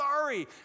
sorry